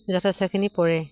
যথেষ্টখিনি পৰে